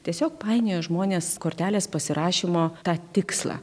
tiesiog painioja žmonės kortelės pasirašymo tą tikslą